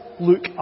look